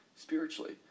spiritually